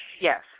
Yes